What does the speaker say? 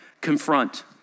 confront